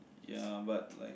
ya but like